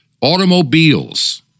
automobiles